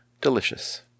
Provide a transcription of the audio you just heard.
delicious